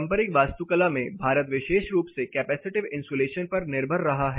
पारंपरिक वास्तुकला में भारत विशेष रूप से कैपेसिटिव इन्सुलेशन पर निर्भर रहा है